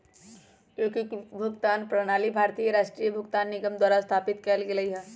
एकीकृत भुगतान प्रणाली भारतीय राष्ट्रीय भुगतान निगम द्वारा स्थापित कएल गेलइ ह